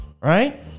Right